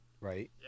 right